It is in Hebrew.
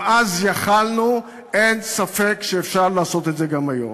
אם אז יכולנו, אין ספק שאפשר לעשות את זה גם היום.